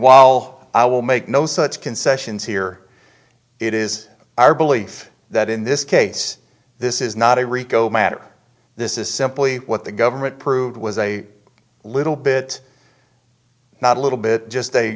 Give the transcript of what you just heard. while i will make no such concessions here it is our belief that in this case this is not a rico matter this is simply what the government proved was a little bit not a little bit just a